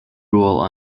rule